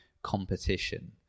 competition